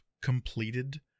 completed